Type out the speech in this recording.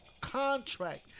contract